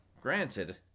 granted